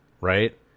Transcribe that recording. right